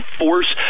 force